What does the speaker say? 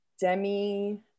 Demi